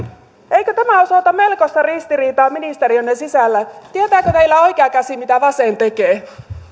eikö tämä osoita melkoista ristiriitaa ministeriönne sisällä tietääkö teillä oikea käsi mitä vasen tekee